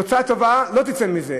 תוצאה טובה לא תצא מזה.